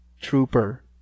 trooper